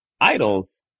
idols